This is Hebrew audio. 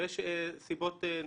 ויש סיבות נוספות,